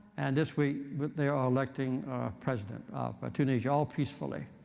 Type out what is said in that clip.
and this week but they are electing a president of tunisia, all peacefully.